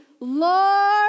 Lord